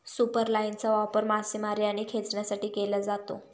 सुपरलाइनचा वापर मासेमारी आणि खेचण्यासाठी केला जातो